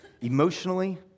emotionally